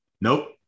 Nope